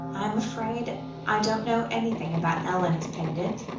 i am afraid i don't know anything about ellen's pendant,